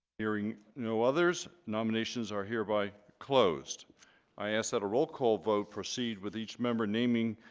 hearing no others nominations are hereby closed i ask that a roll call vote proceed with each member naming